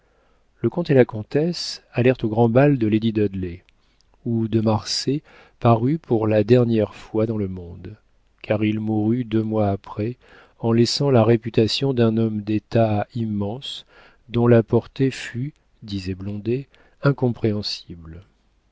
le comte et la comtesse allèrent au grand bal de lady dudley où de marsay parut pour la dernière fois dans le monde car il mourut deux mois après en laissant la réputation d'un homme d'état immense dont la portée fut disait blondet incompréhensible